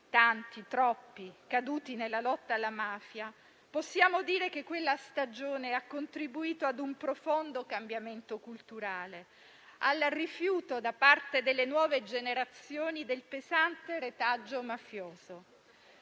tanti, troppi caduti nella lotta alla mafia, possiamo dire che quella stagione ha contribuito ad un profondo cambiamento culturale e al rifiuto da parte delle nuove generazioni del pesante retaggio mafioso.